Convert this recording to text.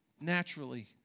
naturally